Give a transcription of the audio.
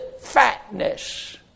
fatness